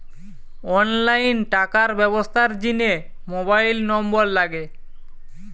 online টাকার ব্যবস্থার জিনে মোবাইল নম্বর লাগে